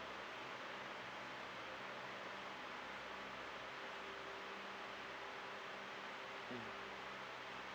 mm